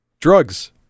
Drugs